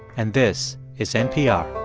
and this is npr